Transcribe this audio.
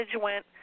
went